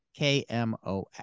KMOX